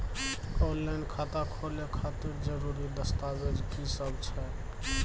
Online खाता खोले खातिर जरुरी दस्तावेज की सब छै?